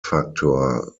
factor